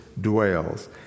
dwells